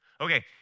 Okay